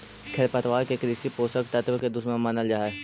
खेरपतवार के कृषि पोषक तत्व के दुश्मन मानल जा हई